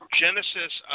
genesis